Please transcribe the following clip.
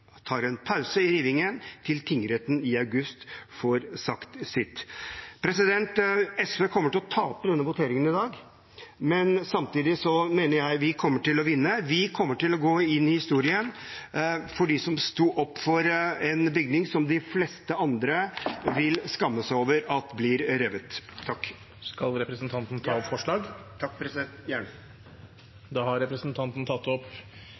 tar en pause i rivingen til tingretten i august får sagt sitt. SV kommer til å tape denne voteringen i dag, men samtidig mener jeg vi kommer til å vinne. Vi kommer til å gå inn i historien som de som sto opp for en bygning som de fleste andre vil skamme seg over blir revet. Skal representanten ta opp forslag? Ja, det skal jeg. Da har representanten Petter Eide tatt opp